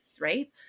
Right